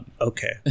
okay